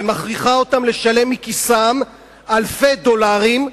ומכריחה אותם לשלם מכיסם אלפי דולרים,